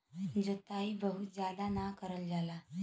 जोताई बहुत जादा ना करल जाला